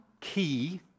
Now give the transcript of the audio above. key